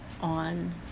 on